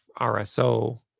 RSO